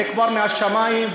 חוק המואזין זה כבר מהשמים,